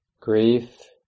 grief